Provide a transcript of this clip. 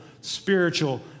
spiritual